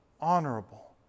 honorable